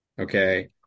okay